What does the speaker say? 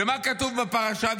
ומה כתוב בפרשה?